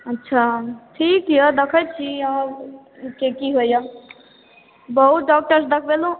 अच्छा ठीक यऽ देखै छी अगर एहि सॅं की होइए बहुत डॉक्टर सं देखबेलहुॅं